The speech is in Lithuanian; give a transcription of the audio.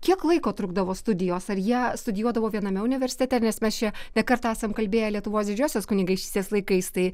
kiek laiko trukdavo studijos ar jie studijuodavo viename universitete nes mes čia ne kartą esam kalbėję lietuvos didžiosios kunigaikštystės laikais tai